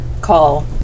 call